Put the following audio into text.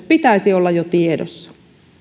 pitäisi olla jo tiedossa